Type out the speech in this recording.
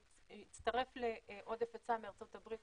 שהצטרך לעודף היצע מארצות הברית